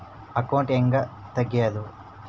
Account ಹ್ಯಾಂಗ ತೆಗ್ಯಾದು?